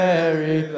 Mary